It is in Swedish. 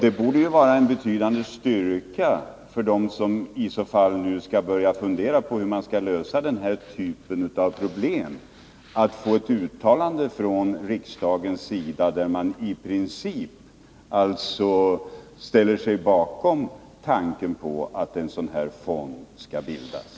Det borde vara en betydande styrka för dem som nu skall börja fundera på hur man skall lösa denna typ av problem att få ett uttalande från riksdagen, innebärande att den i princip ställer sig bakom tanken på att en sådan fond bildas.